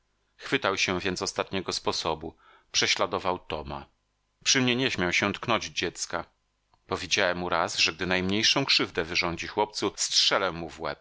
chwytał się więc ostatniego sposobu prześladował toma przy mnie nie śmiał się tknąć dziecka powiedziałem mu raz że gdy najmniejszą krzywdę wyrządzi chłopcu strzelę